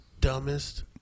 dumbest